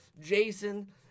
Jason